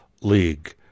League